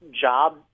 job